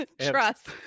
Trust